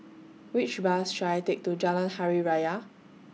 Which Bus should I Take to Jalan Hari Raya